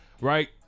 right